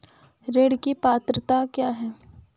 ऋण की पात्रता क्या है?